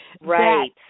right